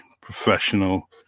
professional